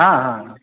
हँ